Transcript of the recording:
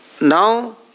now